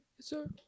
sir